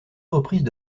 reprises